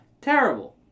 Terrible